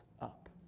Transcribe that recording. up